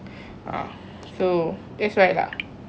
ah so that's why lah